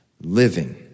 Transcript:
living